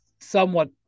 somewhat